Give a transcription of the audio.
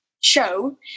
show